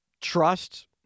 trust